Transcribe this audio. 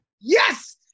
Yes